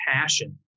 passion